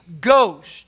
Ghost